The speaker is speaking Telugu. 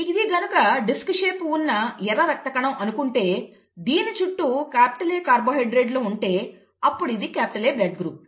ఇది గనుక డిస్క్ షేప్ ఉన్న ఎర్ర రక్త కణం అనుకుంటే దీని చుట్టూ A కార్బోహైడ్రేట్లు ఉంటే అప్పుడు ఇది A బ్లడ్ గ్రూప్